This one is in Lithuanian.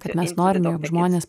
kad mes norime jog žmonės